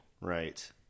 Right